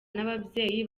n’ababyeyi